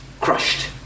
crushed